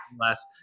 less